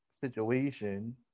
situation